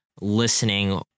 listening